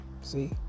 See